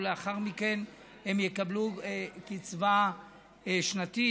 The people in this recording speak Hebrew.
ולאחר מכן הם יקבלו קצבה שנתית,